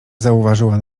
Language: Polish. zauważyła